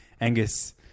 Angus